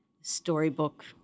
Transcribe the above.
storybook